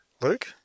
Luke